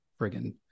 friggin